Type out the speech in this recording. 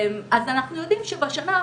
אז אנחנו יודעים שבשנה האחרונה,